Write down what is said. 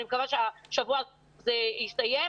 אני מקווה שהשבוע זה יסתיים,